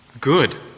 good